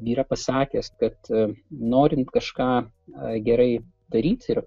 yra pasakęs kad norint kažką aa gerai daryti ir